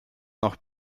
noch